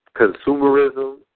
consumerism